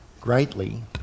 greatly